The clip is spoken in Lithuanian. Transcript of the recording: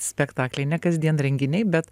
spektakliai ne kasdien renginiai bet